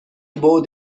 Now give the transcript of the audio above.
بُعد